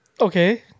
Okay